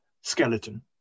skeleton